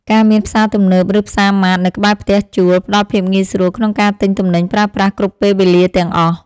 ការមានផ្សារទំនើបឬផ្សារម៉ាតនៅក្បែរផ្ទះជួលផ្តល់ភាពងាយស្រួលក្នុងការទិញទំនិញប្រើប្រាស់គ្រប់ពេលវេលាទាំងអស់។